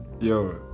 yo